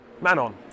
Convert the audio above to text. Manon